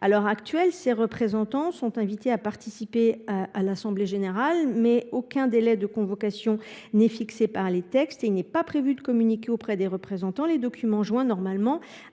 À l’heure actuelle, ces représentants sont invités à participer à l’assemblée générale, mais aucun délai de convocation n’est fixé par les textes et il n’est pas prévu de leur communiquer les documents joints normalement